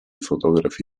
fotografi